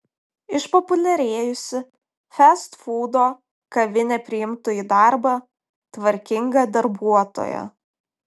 išpopuliarėjusi festfūdo kavinė priimtų į darbą tvarkingą darbuotoją